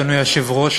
אדוני היושב-ראש,